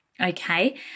okay